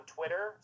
Twitter